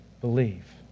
believe